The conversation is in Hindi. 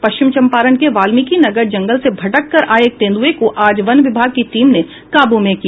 पश्चिम चम्पारण के वाल्मीकिनगर जंगल से भटक कर आए एक तेंदुए को आज वन विभाग की टीम ने काबू में किया